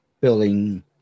building